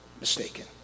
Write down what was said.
mistaken